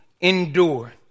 endure